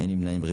אין נמנעים?